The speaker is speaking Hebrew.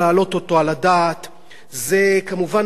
זה, כמובן, פסול, בלתי-חוקי גם.